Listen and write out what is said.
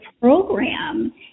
program